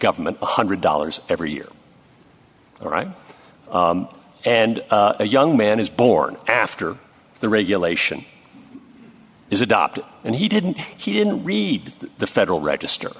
government one hundred dollars every year all right and a young man is born after the regulation is adopted and he didn't he didn't read the federal register